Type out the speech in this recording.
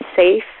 safe